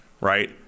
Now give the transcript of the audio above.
right